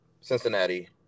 Cincinnati